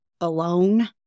alone